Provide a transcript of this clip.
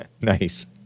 Nice